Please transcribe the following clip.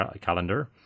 Calendar